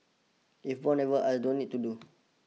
if born never I don't need to do